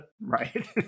Right